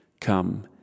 come